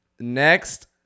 Next